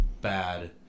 bad